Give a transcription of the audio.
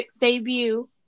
debut